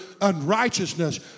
unrighteousness